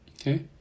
Okay